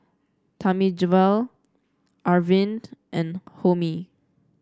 Thamizhavel Arvind and Homi